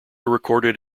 recorded